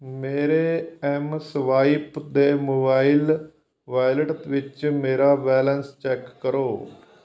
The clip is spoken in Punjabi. ਮੇਰੇ ਐੱਮ ਸਵਾਇਪ ਦੇ ਮੋਬਾਈਲ ਵਾਲਿਟ ਵਿੱਚ ਮੇਰਾ ਬੈਲੇਂਸ ਚੈੱਕ ਕਰੋ